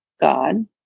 God